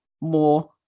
more